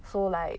so like